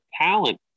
talent